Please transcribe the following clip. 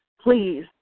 please